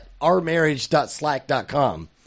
ourmarriage.slack.com